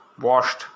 washed